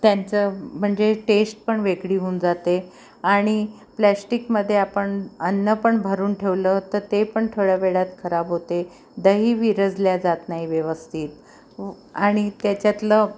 त्यांचं म्हणजे टेश्ट पण वेगळी होऊन जाते आणि प्लॅश्टिकमध्ये आपण अन्न पण भरून ठेवलं तर ते पण थोड्या वेळात खराब होते दही विरजलं जात नाही व्यवस्थित व् आणि त्याच्यातलं